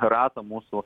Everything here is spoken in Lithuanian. ratą mūsų